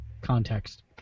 context